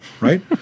right